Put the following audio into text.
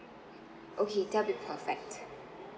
okay that'll be perfect